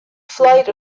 flight